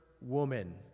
woman